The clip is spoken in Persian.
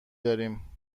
داریم